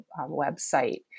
website